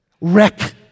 wreck